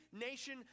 nation